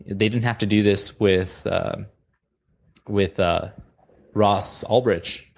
they didn't have to do this with with ah ross ulbricht,